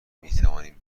میتوانیم